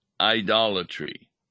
idolatry